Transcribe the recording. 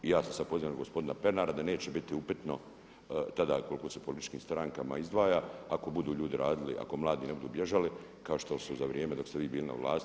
Ja se sada … gospodina Pernara da neće biti upitno tada koliko se političkim strankama izdvaja, ako budu ljudi radili, ako mladi ne budu bježali kao što su za vrijeme dok ste vi bili na vlasti.